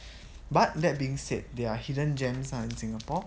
but that being said there are hidden gems are in singapore